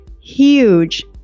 huge